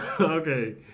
Okay